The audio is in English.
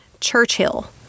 Churchill